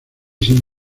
sin